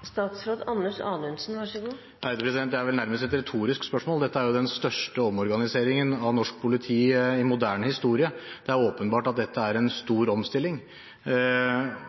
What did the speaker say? Det er vel nærmest et retorisk spørsmål. Dette er den største omorganiseringen av norsk politi i moderne historie. Det er åpenbart at dette er en stor omstilling,